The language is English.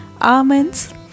almonds